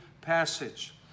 passage